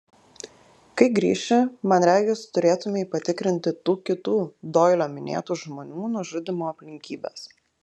kai grįši man regis turėtumei patikrinti tų kitų doilio minėtų žmonių nužudymo aplinkybes